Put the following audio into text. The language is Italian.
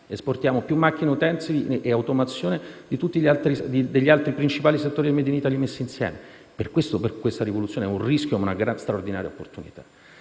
esportiamo più macchine utensili e automazione di tutti gli altri principali settori del *made in Italy* messi insieme. Per tale motivo questa rivoluzione è un rischio, ma anche una straordinaria opportunità.